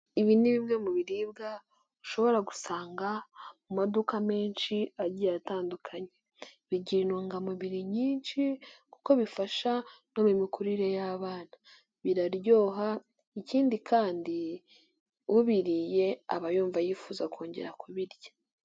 Ibi ni bimwe mu biribwa ushobora gusanga mu maduka menshi agiye atandukanye, bigira intungamubiri nyinshi kuko bifashadu imikurire y'abana, biraryoha ikindi kandi ubiriye aba yumva yifuza kongera kubirya.